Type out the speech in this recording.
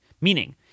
Meaning